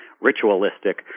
ritualistic